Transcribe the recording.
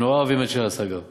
הם נורא אוהבים את ש"ס, אגב.